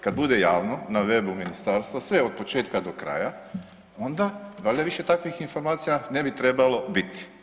Kad bude javno na webu ministarstva sve od početka do kraja onda valjda više takvih informacija ne bi trebalo biti.